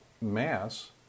mass